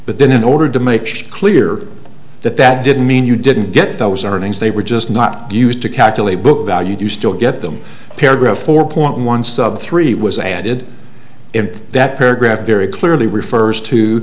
but then in order to make clear that that didn't mean you didn't get those earnings they were just not be used to calculate book value you still get them paragraph four point one sub three was added in that paragraph very clearly refers to